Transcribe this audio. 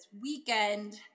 weekend